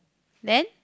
then